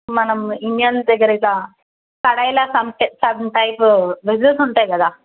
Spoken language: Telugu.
మనం ఇండియన్ దగ్గరగా కడాయిలో సన్ సన్ టైపు వెజెల్స్ ఉంటాయి కదా